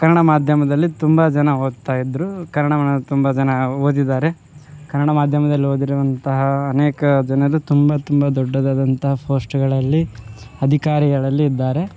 ಕನ್ನಡ ಮಾಧ್ಯಮದಲ್ಲಿ ತುಂಬ ಜನ ಓದ್ತಾ ಇದ್ರೂ ಕನ್ನಡ ಮಾ ತುಂಬ ಜನ ಓದಿದಾರೆ ಕನ್ನಡ ಮಾಧ್ಯಮದಲ್ ಓದಿರುವಂತಹ ಅನೇಕ ಜನರು ತುಂಬ ತುಂಬ ದೊಡ್ಡದಾದಂತಹ ಪೋಸ್ಟ್ಗಳಲ್ಲಿ ಅಧಿಕಾರಿಗಳಲ್ಲಿ ಇದ್ದಾರೆ